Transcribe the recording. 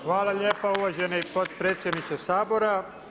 Hvala lijepa uvaženi potpredsjedniče Sabora.